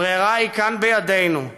הברירה היא כאן בידינו: